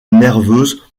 nerveuse